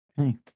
Okay